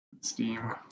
steam